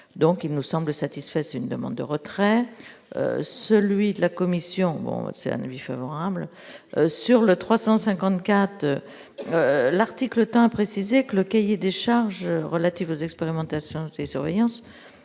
donc il nous semble satisfait une demande de retrait, celui de la Commission, c'est la nuit favorable sur le 354, l'article a précisé que le cahier des charges relatif aux expérimentations et surveillance